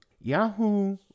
Yahoo